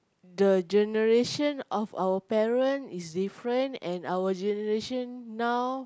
the generation of our parent is different and our generation now